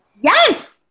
Yes